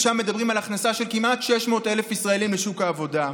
ושם מדברים על הכנסה של כמעט 600,000 ישראלים לשוק העבודה.